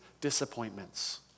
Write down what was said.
disappointments